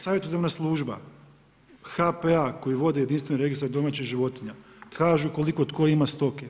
Savjetodavna služba HPA koji vode jedinstveni registar domaćih životinja kažu koliko tko ima stoke.